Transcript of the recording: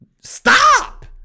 stop